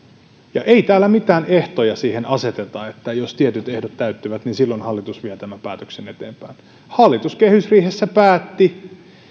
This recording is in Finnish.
ja ei täällä mitään ehtoja siihen aseteta että jos tietyt ehdot täyttyvät niin silloin hallitus vie tämän päätöksen eteenpäin hallitus kehysriihessä päätti